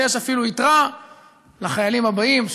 ויש אפילו יתרה לחיילים הבאים,